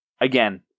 Again